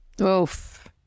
Oof